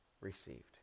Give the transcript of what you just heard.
Received